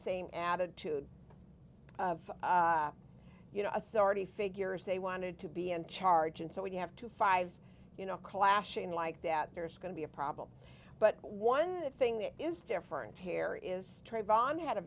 same attitude of you know authority figures they wanted to be in charge and so when you have two fives you know clashing like that there is going to be a problem but one thing that is different here is trayvon had a